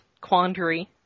quandary